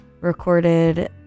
recorded